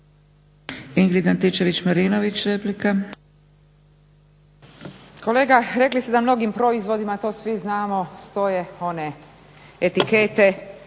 **Antičević Marinović, Ingrid (SDP)** Kolega rekli ste na mnogim proizvodima, to svi znamo, stoje one etikete,